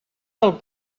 del